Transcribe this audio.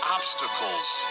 Obstacles